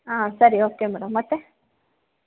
ಹಾಂ ಸರಿ okay madam ಮತ್ತೆ